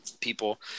people